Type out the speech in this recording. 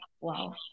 wow